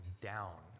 down